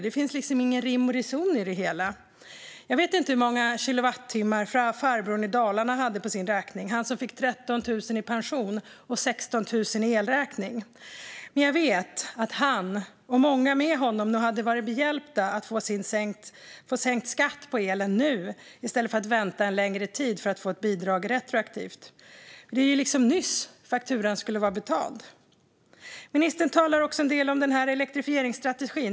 Det finns liksom ingen rim och reson i det hela. Jag vet inte hur många kilowattimmar farbrorn i Dalarna hade på sin räkning - han som fick 13 000 i pension och 16 000 i elräkning - men jag vet att han och många med honom nog hade varit hjälpta av att få sänkt skatt på elen nu i stället för att vänta en längre tid för att få ett bidrag retroaktivt. Fakturan skulle ju liksom vara betald nyss. Ministern talar också en del om elektrifieringsstrategin.